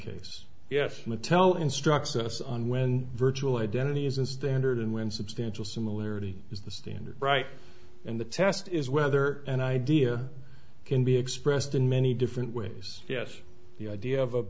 case yes mattel instructs us on when virtual identity is a standard and when substantial similarity is the standard right and the test is whether an idea can be expressed in many different ways yes the idea of a